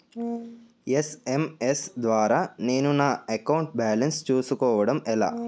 SMS ద్వారా నేను నా అకౌంట్ బాలన్స్ చూసుకోవడం ఎలా?